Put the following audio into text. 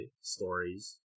stories